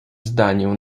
zdaniu